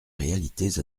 réalités